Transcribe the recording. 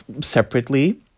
separately